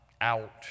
out